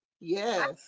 Yes